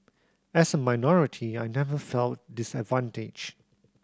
as a minority I never felt disadvantaged